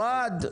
אוהד.